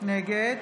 נגד